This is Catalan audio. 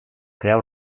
creu